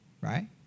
right